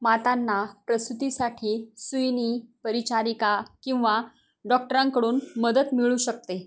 मातांना प्रसूतीसाठी सुईणी परिचारिका किंवा डॉक्ट्रांकडून मदत मिळू शकते